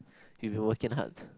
we've been working hard